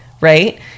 right